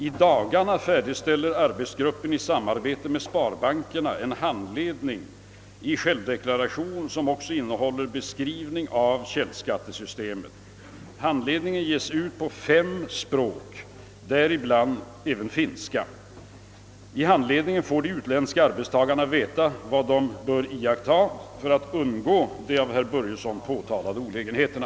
I dagarna färdigställer arbetsgruppen i samarbete med sparbankerna en handledning i självdeklaration som också innehåller beskrivning av källskattesystemet. Handledningen ges ut på fem språk, däribland finska. I handledningen får de utländska arbetstagarna veta vad de bör iaktta för att undgå de av herr Börjesson påtalade olägenheterna.